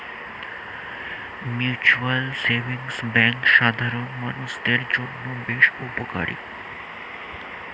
mutual savings bank সাধারণ মানুষদের জন্য বেশ উপকারী